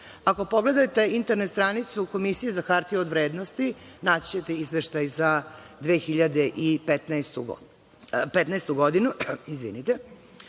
Ako pogledate internet stranicu Komisije za hartije od vrednosti, naći ćete izveštaj za 2015. godinu.